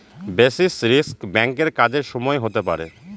basis risk ব্যাঙ্কের কাজের সময় হতে পারে